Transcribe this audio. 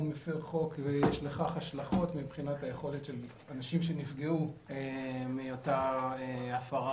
מפר חוק ויש לכך השלכות מבחינת היכולת של אנשים שנפגעו מאותה הפרה